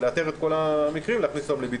לאתר את כל המקרים ולהכניס אותם לבידוד.